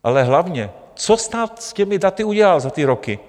Ale hlavně, co stát s těmi daty udělal za ty roky?